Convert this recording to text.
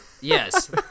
yes